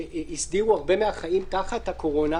ושהסדירו הרבה מהחיים תחת הקורונה,